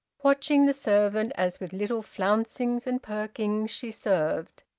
watching the servant as with little flouncings and perkings she served,